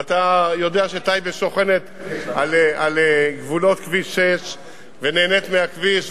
ואתה יודע שטייבה שוכנת על גבולות כביש 6 ונהנית מהכביש,